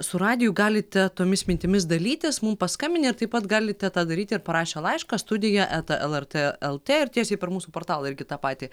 su radiju galite tomis mintimis dalytis mum paskambinę taip pat galite tą daryti ir parašę laišką studija eta lrt lt ir tiesiai per mūsų portalą irgi tą patį